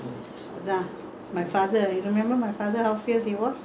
he my brother all my brothers' earnings must go to him first